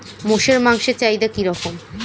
মোষের মাংসের চাহিদা কি রকম?